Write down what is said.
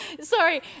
Sorry